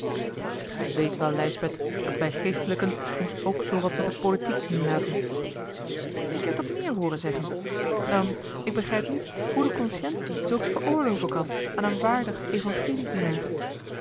gij weet wel lijsbeth dat wij geestelijken ons ook zoowat met de politiek inlaten ik heb dat meer hooren zeggen dan ik begrijp niet hoe de consciëntie zulks veroorloven kan aan een waardig evangeliedienaar